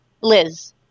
Liz